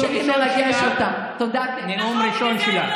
זה נאום ראשון שלה, נאום ראשון שלה.